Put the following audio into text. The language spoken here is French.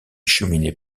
cheminées